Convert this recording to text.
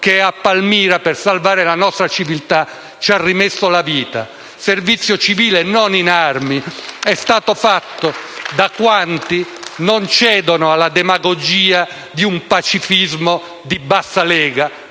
perso la vita per salvare la nostra civiltà. Il servizio civile non in armi è stato fatto da quanti non cedono alla demagogia di un pacifismo di bassa lega,